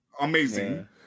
amazing